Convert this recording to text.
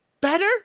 better